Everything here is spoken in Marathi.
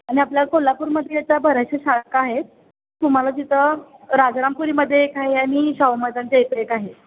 आणि आपल्या कोल्हापूरमध्ये या बऱ्याचशा शाखा आहेत तुम्हाला तिथं राजारापुरीमध्ये एक आहे आणि शाहूमैदानाच्या इथं एक आहे